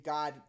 God